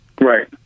Right